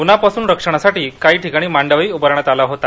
उन्हापासून रक्षणासाठी काही ठिकाणी मांडवही उभारण्यात आला होता